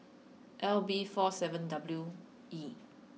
L B four seven W E